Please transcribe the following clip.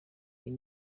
iyi